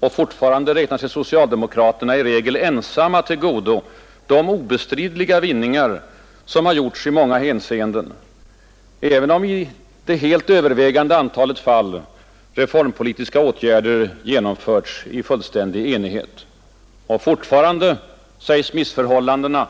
Och fortfarande räknar sig socialdemokraterna i regel ensamma till godo de obestridliga vinningar som gjorts i många hänseenden, även om i det helt övervägande antalet fall reformpolitiska åtgärder genom förts i fullständig enighet. Och fortfarande sägs missförhållandena